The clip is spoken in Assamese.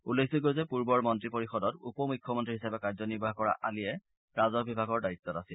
উল্লেখযোগ্য যে পূৰ্বৰ মন্ত্ৰী পৰিযদত উপ মুখ্যমন্ত্ৰী হিচাপে কাৰ্যনিৰ্বাহ কৰা আলিয়ে ৰাজহ বিভাগৰ দায়িত্বত আছিল